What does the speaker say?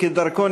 כדרכו,